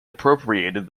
appropriated